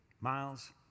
miles